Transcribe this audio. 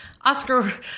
Oscar